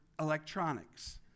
electronics